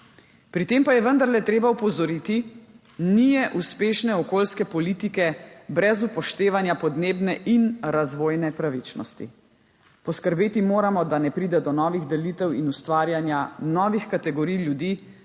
Pri tem pa je vendarle treba opozoriti: ni je uspešne okoljske politike brez upoštevanja podnebne in razvojne pravičnosti. Poskrbeti moramo, da ne pride do novih delitev in ustvarjanja novih kategorij ljudi